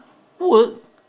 work